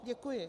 Děkuji.